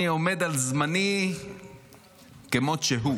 אני עומד על זמני כמות שהוא.